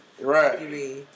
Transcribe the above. Right